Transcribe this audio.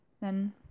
Then